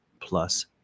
plus